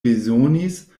bezonis